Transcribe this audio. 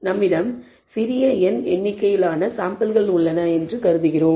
நம்மிடம் சிறிய n எண்ணிக்கையிலான சாம்பிள்கள் உள்ளன என்று கருதுகிறோம்